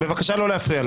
בבקשה לא להפריע לה.